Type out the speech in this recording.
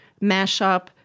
mashup